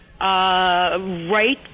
Right